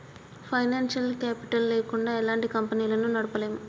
financial capital లేకుండా ఎలాంటి కంపెనీలను నడపలేము